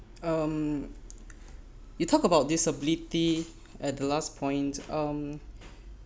um you talk about disability and the last point um